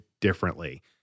differently